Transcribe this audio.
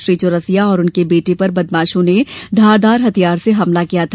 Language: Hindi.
श्री चौरसिया और उनके बेटे पर बदमाशों ने धारदार हथियार से हमला किया था